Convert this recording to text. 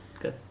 Good